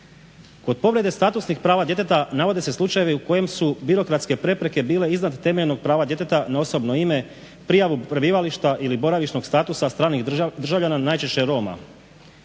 Kod povrede statusnih prava djeteta navode se slučajevi u kojem su birokratske prepreke bile iznad temeljnog prava djeteta na osobno ime, prijavu prebivališta ili boravišnog statusa stranih državljana najčešće Roma.